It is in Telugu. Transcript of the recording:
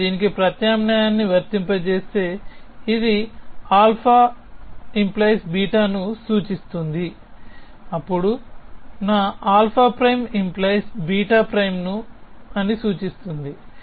నేను దీనికి ప్రత్యామ్నాయాన్ని వర్తింపజేస్తే ఇది నా α🡪β సూచిస్తుంది అప్పుడు నా α'🡪 β' అని సూచిస్తుంది